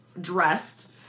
dressed